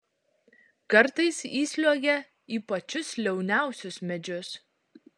kartais įsliuogia į pačius liauniausius medžius